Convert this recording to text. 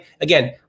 Again